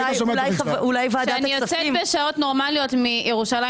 כשאני יוצאת בשעות נורמליות מירושלים